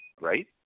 right